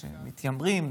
אולי אתם לא תהיו מרוצים